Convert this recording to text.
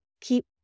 keep